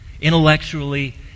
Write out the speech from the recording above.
Intellectually